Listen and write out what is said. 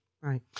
Right